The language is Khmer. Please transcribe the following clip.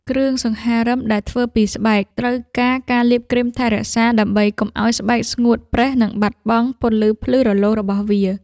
គ្រឿងសង្ហារឹមដែលធ្វើពីស្បែក ត្រូវការការលាបគ្រីមថែរក្សាដើម្បីកុំឱ្យស្បែកស្ងួតប្រេះ និងបាត់បង់ពន្លឺភ្លឺរលោងរបស់វា។